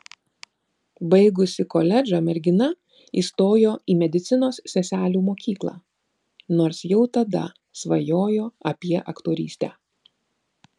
baigusi koledžą mergina įstojo į medicinos seselių mokyklą nors jau tada svajojo apie aktorystę